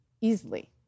easily